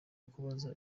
kubaza